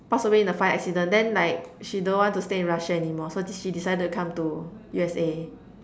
pass away in a fire accident then like she don't want to stay in Russia anymore so she decided to come to U_S_A